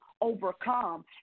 overcome